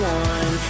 one